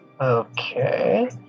Okay